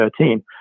2013